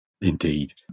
Indeed